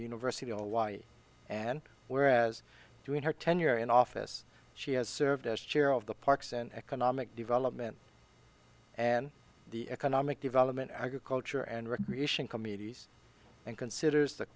university of hawaii and whereas during her tenure in office she has served as chair of the parks and economic development and the economic development agriculture and recreation committees and considers the